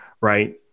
right